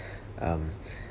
um